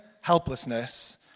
helplessness